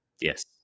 Yes